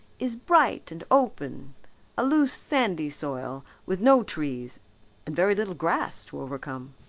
is bright and open a loose sandy soil with no trees and very little grass to overcome.